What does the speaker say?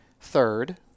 third